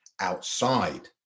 outside